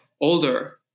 Older